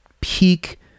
peak